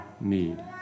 need